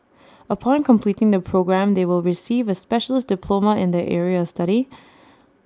upon completing the programme they will receive A specialist diploma in their area study